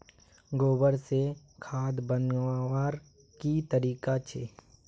गोबर से खाद बनवार की तरीका छे?